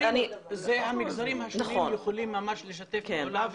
המגזרים השונים יכולים ממש לשתף פעולה,